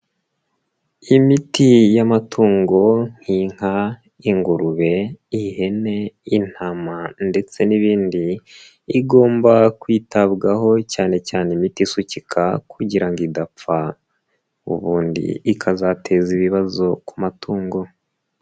Imiti y'amatungo nk'inka, ingurube, ihene, intama ndetse n'ibindi, igomba kwitabwaho cyane cyane imiti isukika kugira ngo idapfa. Ubundi ikazateza ibibazo ku matungo.